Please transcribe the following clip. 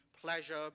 pleasure